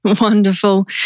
Wonderful